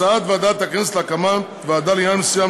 הצעת ועדת הכנסת להקמת ועדה לעניין מסוים,